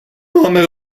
máme